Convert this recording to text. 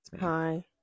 hi